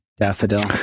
daffodil